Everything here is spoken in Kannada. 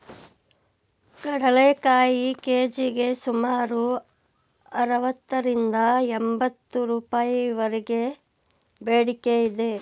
ಕಡಲೆಕಾಯಿ ಕೆ.ಜಿಗೆ ಸುಮಾರು ಅರವತ್ತರಿಂದ ಎಂಬತ್ತು ರೂಪಾಯಿವರೆಗೆ ಬೇಡಿಕೆ ಇದೆ